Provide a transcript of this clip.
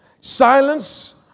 silence